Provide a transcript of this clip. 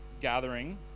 gathering